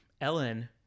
Ellen